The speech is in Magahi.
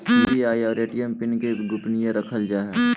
यू.पी.आई और ए.टी.एम के पिन गोपनीय रखल जा हइ